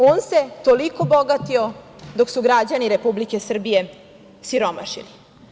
On se toliko bogatio dok su građani Republike Srbije siromašili.